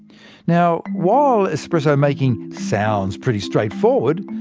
now while espresso-making sounds pretty straightforward,